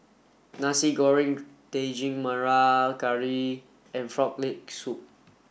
Nasi Goreng Daging Merah Curry and frog leg soup